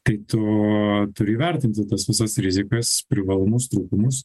kai tu turi vertinti tas visas rizikas privalumus trūkumus